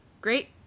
Great